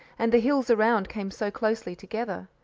and the hills around came so closely together.